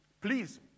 please